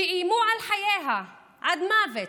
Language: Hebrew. שאיימו על חייה עד מוות,